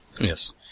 Yes